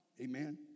Amen